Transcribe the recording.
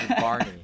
Barney